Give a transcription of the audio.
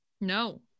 No